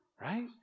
right